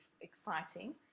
exciting